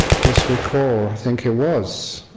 just recalled, i think it was